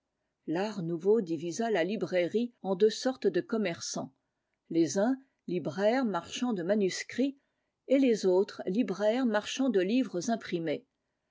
l'art nouveau divisa la librairie en deux sortes de commerçants les uns libraires marchands de manuscrits et les autres libraires marchands de livres imprimés